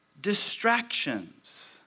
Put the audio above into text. distractions